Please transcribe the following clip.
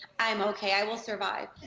i'm okay i will survive.